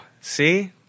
See